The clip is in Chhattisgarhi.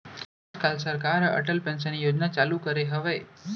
आज काल सरकार ह अटल पेंसन योजना चालू करे हवय